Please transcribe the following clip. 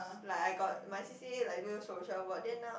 like I got my C_C_A like do social work then now